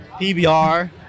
PBR